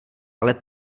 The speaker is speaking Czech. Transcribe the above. ale